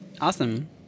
Awesome